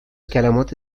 کلمات